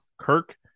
kirk